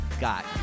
got